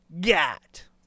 got